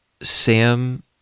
Sam